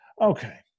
Okay